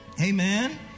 Amen